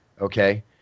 Okay